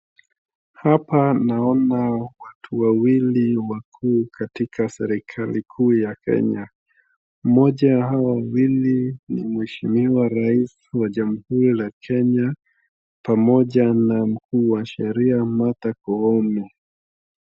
Hapa naona watu wawili wakuu katika serikali kuu ya Kenya. Mmoja ya hao wawili ni mheshimiwa rais wa jamhuri ya Kenya pamoja na mkuu wa sheria Martha Koome.